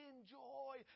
enjoy